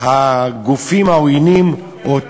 הגופים העוינים, יש,